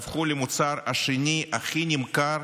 שהפכו למוצר השני הכי נמכר